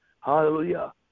Hallelujah